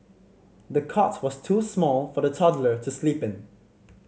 the cot was too small for the toddler to sleep in